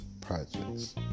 projects